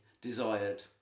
desired